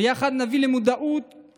ויחד נביא למודעות את